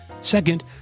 Second